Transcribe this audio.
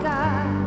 God